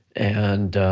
and